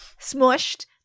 smushed